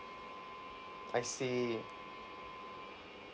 I see